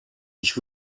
ich